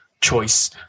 choice